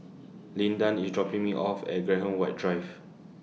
Lyndon IS dropping Me off At Graham White Drive